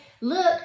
look